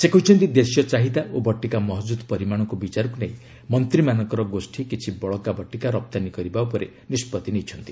ସେ କହିଛନ୍ତି ଦେଶୀୟ ଚାହିଦା ଓ ବଟିକା ମହଜୁଦ ପରିମାଣକୁ ବିଚାରକୁ ନେଇ ମନ୍ତ୍ରୀମାନଙ୍କର ଗୋଷ୍ଠୀ କିଛି ବଳକା ବଟିକା ରପ୍ତାନୀ କରିବାକୁ ନିଷ୍ପଭି ନେଇଛନ୍ତି